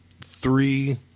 three